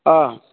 অঁ